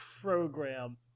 program